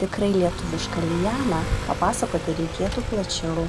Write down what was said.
tikrai lietuvišką lianą papasakoti reikėtų plačiau